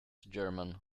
german